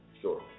sure